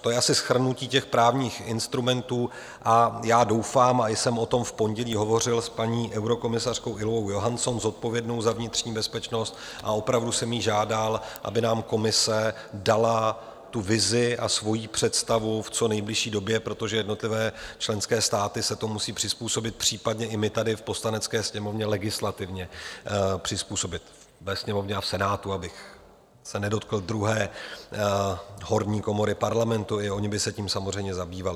To je asi shrnutí těch právních instrumentů a já doufám, a i jsem o tom v pondělí hovořil s paní eurokomisařkou Ylvou Johansson, zodpovědnou za vnitřní bezpečnost, a opravdu jsem ji žádal, aby nám Komise dala tu vizi a svoji představu v co nejbližší době, protože jednotlivé členské státy se tomu musí přizpůsobit, případně i my tady v Poslanecké sněmovně, legislativně přizpůsobit ve Sněmovně a v Senátu, abych se nedotkl druhé, horní komory parlamentu, i oni by se tím samozřejmě zabývali.